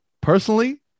personally